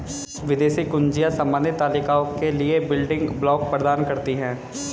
विदेशी कुंजियाँ संबंधित तालिकाओं के लिए बिल्डिंग ब्लॉक प्रदान करती हैं